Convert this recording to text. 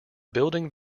building